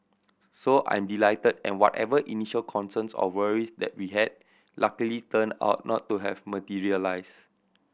so I'm delighted and whatever initial concerns or worries that we had luckily turned out not to have materialised